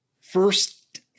first